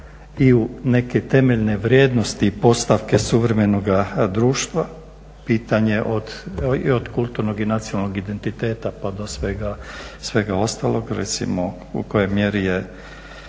i u neke temeljne vrijednosti i postavke suvremenoga društva pitanje od kulturnog i nacionalnog identiteta pa do svega ostalog. Recimo u kojoj mjeri je